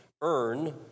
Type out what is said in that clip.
earn